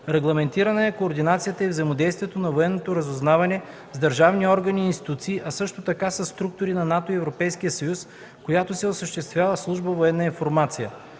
Регламентирани са координацията и взаимодействието на военното разузнаване с държавни органи и институции, а също така със структури на НАТО и Европейския съюз, която се осъществява от служба „Военна информация”.